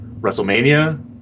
WrestleMania